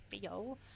feel